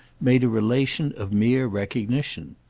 made a relation of mere recognition.